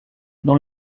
dans